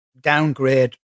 downgrade